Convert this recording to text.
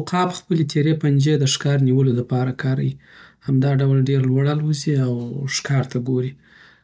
عقاب خپلې تیری پنجې د ښکار نیولو د پاره کاریی همدا ډول ډېر لوړ الوزي، او ښکار ته ګوري.